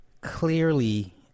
Clearly